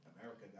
America